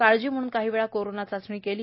काळजी म्हणून काही वेळा कोरोना चाचणी केली